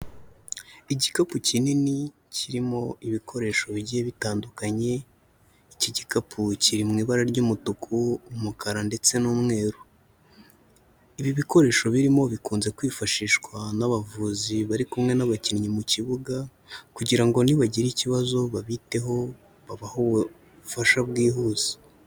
Igikapu kinini kirimo ibikoresho bigiye bitandukanye iki'igikapu kiri mu ibara ry'umutuku, umukara ndetse n'umweru, ibi bikoresho birimo bikunze kwifashishwa n'abavuzi bari kumwe n'abakinnyi mu kibuga kugira ngo nibagire ikibazo babiteho babahe ubufasha bwihuse.